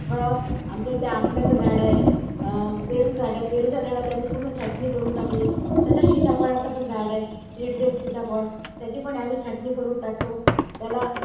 फळं आमच्या इथे आंब्याचं झाड आहे पेरूचं झाड आहे पेरूच्या झाडाची आम्ही पूर्ण छाटणी करून टाकली तसंच सिताफळाचं पण झाड आहे सीताफळ त्याची पण आम्ही छाटणी करून टाकतो त्याला